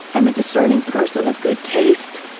i'm a discerning person of good taste.